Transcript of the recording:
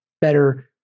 better